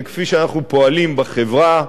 וכפי שאנחנו פועלים בחברה,